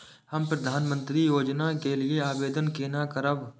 हम प्रधानमंत्री योजना के लिये आवेदन केना करब?